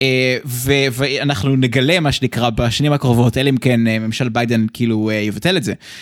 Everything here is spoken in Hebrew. אה, ו ואנחנו נגלה מה שנקרא בשנים הקרובות אלא אם כן ממשל ביידן כאילו יבטל את זה.